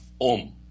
Om